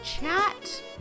chat